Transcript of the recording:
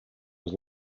was